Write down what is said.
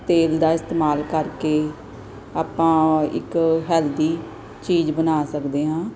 ਤੇਲ ਦਾ ਇਸਤੇਮਾਲ ਕਰਕੇ ਆਪਾਂ ਇੱਕ ਹੈਲਦੀ ਚੀਜ਼ ਬਣਾ ਸਕਦੇ ਹਾਂ